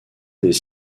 des